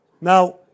Now